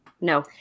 No